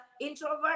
introvert